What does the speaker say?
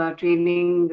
training